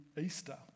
Easter